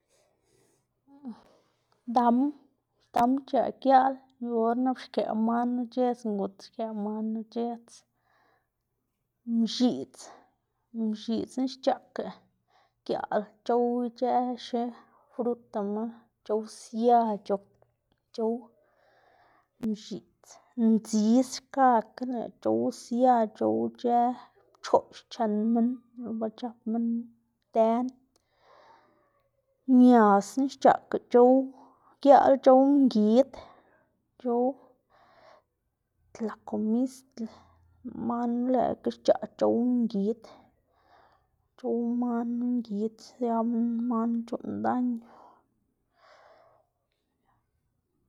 dam, dam xc̲h̲aꞌ giaꞌl yu or nap xkëꞌ man knu c̲h̲edz ngut xkëꞌ man knu c̲h̲edz. Mx̱iꞌdz, mx̱iꞌdzna xc̲h̲aꞌka iaꞌl c̲h̲ow ic̲h̲ë xifrutama c̲h̲ow sia c̲h̲ow mx̱idz. Ndzis xkakga nak c̲h̲ow sia c̲h̲ow ic̲h̲ë pchoꞌx chen minn dele ba c̲h̲ap minn dën. Miasna xc̲h̲aꞌka c̲h̲ow giaꞌl chow ngid c̲h̲ow. Tlokomistle man knu lëꞌkga xc̲h̲aꞌ c̲h̲ow ngid, c̲h̲ow man knu ngid sia man knu c̲h̲uꞌnn daño.